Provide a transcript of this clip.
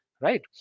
Right